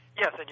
Yes